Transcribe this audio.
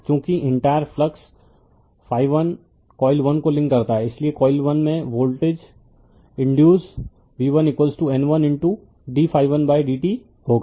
चूंकि entire flux coil 1 को link करता है इसलिए कॉइल 1 में वोल्टेज इंड्यूस v1N 1 ddt होगा